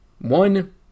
one